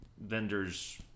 vendors